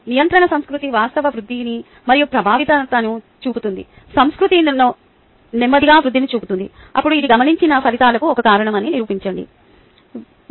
నియంత్రణ సంస్కృతి వాస్తవ వృద్ధిని మరియు ప్రభావితతను చూపుతుంది సంస్కృతి నెమ్మదిగా వృద్ధిని చూపుతుంది అప్పుడు ఇది గమనించిన ఫలితాలకు ఒక కారణం అని నిరూపించబడింది